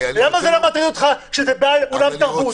למה זה לא מטריד אותך כשזה בעל אולם תרבות?